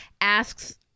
asks